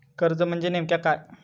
कर्ज म्हणजे नेमक्या काय?